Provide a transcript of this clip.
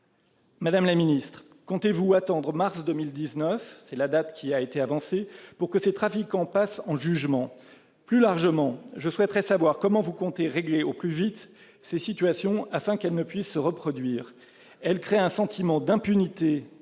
Madame la garde des sceaux, comptez-vous attendre mars 2019- c'est la date qui a été avancée - pour que ces trafiquants passent en jugement ? Plus largement, je souhaiterais savoir comment vous comptez régler au plus vite ces situations, afin qu'elles ne puissent se reproduire. En effet, elles créent un sentiment d'impunité